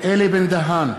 אלי בן דהן,